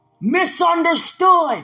misunderstood